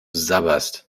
sabberst